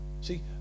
See